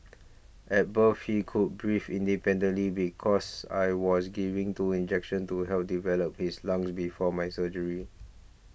at birth he could breathe independently because I was given two injections to help develop his lungs before my surgery